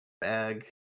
bag